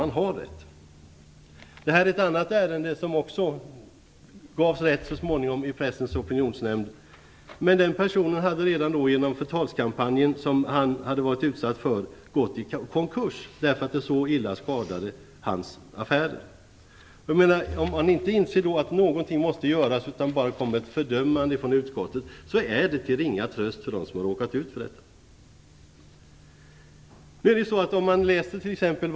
Den här bunten gäller ett annat ärende där man också så småningom fick rätt i Pressens Opinionsnämnd. Men den personen hade då redan gått i konkurs genom den förtalskampanj som han hade varit utsatt för. Så illa skadade det hans affärer. Det är till ringa tröst för dem som har råkat ut för detta om utskottet inte inser att något måste göras utan bara kommer med ett fördömande.